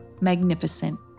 magnificent